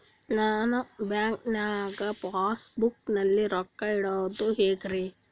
ನಾ ಬ್ಯಾಂಕ್ ನಾಗ passbook ನಲ್ಲಿ ರೊಕ್ಕ ಇಡುದು ಹ್ಯಾಂಗ್?